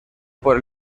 por